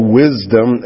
wisdom